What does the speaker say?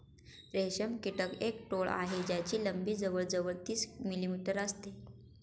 रेशम कीटक एक टोळ आहे ज्याची लंबी जवळ जवळ तीस मिलीमीटर असते